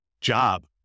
job